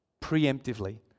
preemptively